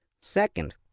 Second